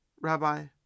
Rabbi